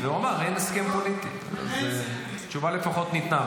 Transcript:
הוא אמר: אין הסכם פוליטי, אז תשובה לפחות ניתנה.